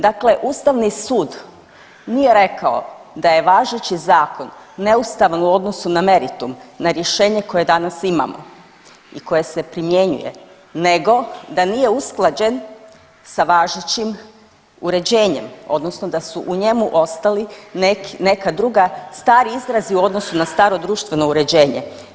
Dakle, ustavni sud nije rekao da je važeći zakon neustavan u odnosu na meritum, na rješenje koje danas imamo i koje se primjenjuje nego da nije usklađen sa važećim uređenjem odnosno sa su u njemu ostali neka druga stari izrazi u odnosu na staro društveno uređenje.